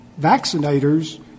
vaccinators